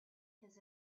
his